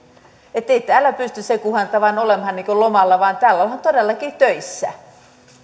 ettei täällä pysty sen kun vain olemaan niin kuin lomalla vaan täällä ollaan todellakin töissä